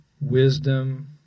wisdom